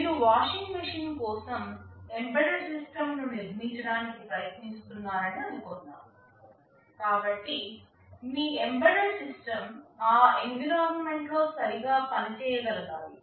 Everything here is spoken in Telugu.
మీరు వాషింగ్ మెషీన్ కోసం ఎంబెడెడ్ సిస్టమ్ను నిర్మించడానికి ప్రయత్నిస్తున్నారని అనుకుందాం కాబట్టి మీ ఎంబెడెడ్ సిస్టమ్ ఆ ఎన్విరాన్మెంట్ లో సరిగ్గా పనిచేయగలగాలి